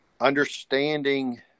understanding